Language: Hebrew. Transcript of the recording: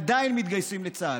עדיין מתגייסים לצה"ל.